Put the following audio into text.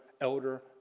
elder